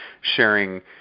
sharing